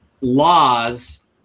laws